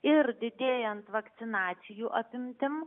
ir didėjant vakcinacijų apimtim